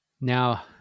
Now